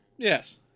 Yes